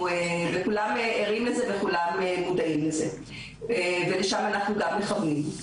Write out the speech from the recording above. אנחנו כולנו ערים לזה וכולנו מודעים לזה ולשם אנחנו גם מכוונים.